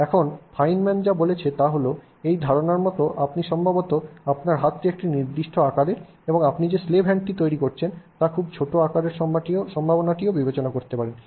এখন ফাইনম্যান যা বলছেন তা হল এই ধারণার মতো আপনি ও সম্ভবত আপনার হাতটি একটি নির্দিষ্ট আকারের এবং আপনি যে স্লেভ হ্যান্ডটি তৈরি করছেন তা খুব ছোট আকারের সম্ভাবনাটিও বিবেচনা করতে পারেন